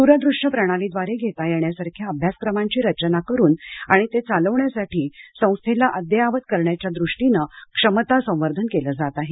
दूर दृश्य प्रणालीद्वारे घेता येण्यासारख्या अभ्यासक्रमांची रचना करून आणि ते चालवण्यासाठी संस्थेला अद्ययावत करण्याच्या दृष्टीनं क्षमता संवर्धन केलं जात आहे